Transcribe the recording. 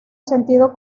sentido